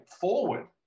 forward